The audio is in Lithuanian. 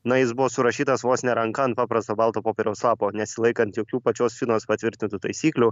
na jis buvo surašytas vos ne ranka ant paprasto balto popieriaus lapo nesilaikant jokių pačios finos patvirtintų taisyklių